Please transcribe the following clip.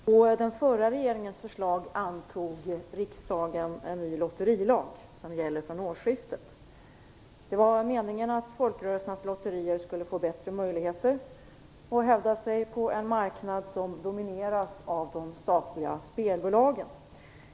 Fru talman! På den förra regeringens förslag antog riksdagen en ny lotterilag, som gäller sedan årsskiftet. Meningen var att folkrörelsernas lotterier skulle få bättre möjligheter att hävda sig på en marknad som domineras av de statliga spelbolagen.